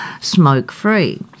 smoke-free